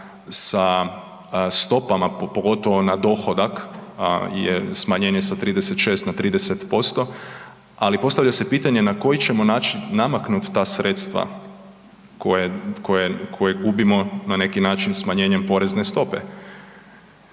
sa stopama pogotovo na dohodak, smanjenje sa 36 na 30%, ali postavlja se pitanje na koji ćemo način namaknut ta sredstva koje gubimo na neki način smanjenjem porezne stope,